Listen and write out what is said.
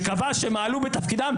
קבעה שהם מעלו בתפקידם.